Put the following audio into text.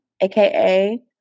AKA